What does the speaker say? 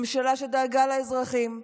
ממשלה שדאגה לאזרחים,